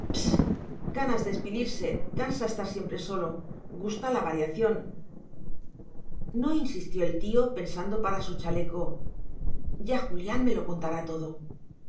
ganas de espilirse cansa estar siempre solo gusta la variación no insistió el tío pensando para su chaleco ya julián me lo contará todo